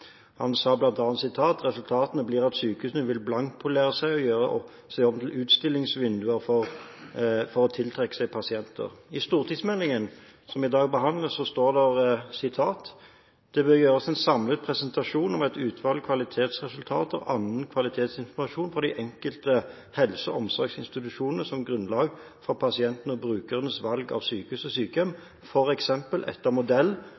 Han sa bl.a.: «Resultatet blir at sykehusene vil blankpolere seg og gjøres om til utstillingsvinduer for å tiltrekke seg flere pasienter.» I stortingsmeldingen som vi i dag behandler, står det: «Det bør gis en samlet presentasjon av et utvalg kvalitetsindikatorer og annen kvalitetsinformasjon for de enkelte helse- og omsorgsinstitusjoner som grunnlag for pasienter og brukeres valg av sykehus og sykehjem, for eksempel etter modell